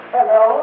Hello